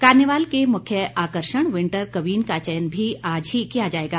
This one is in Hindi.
कार्निवाल के मुख्य आकर्षण विंटर क्वीन का चयन भी आज ही किया जाएगा